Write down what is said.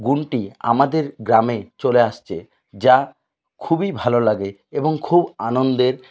গুণটি আমাদের গ্রামে চলে আসছে যা খুবই ভালো লাগে এবং খুব আনন্দের